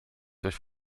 durch